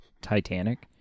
Titanic